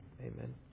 Amen